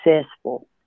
successful